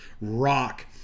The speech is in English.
rock